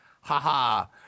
ha-ha